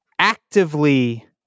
actively